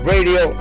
Radio